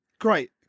great